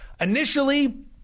Initially